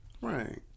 Right